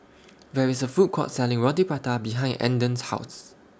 There IS A Food Court Selling Roti Prata behind Andon's House